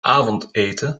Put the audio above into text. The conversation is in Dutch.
avondeten